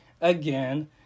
again